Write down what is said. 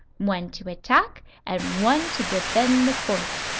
one to attack and one to defend the fort.